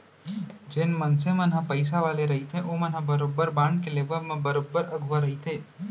जेन मनसे मन ह पइसा वाले रहिथे ओमन ह बरोबर बांड के लेवब म बरोबर अघुवा रहिथे